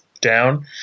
down